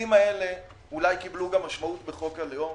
המילים האלה אולי קיבלו גם משמעות בחוק הלאום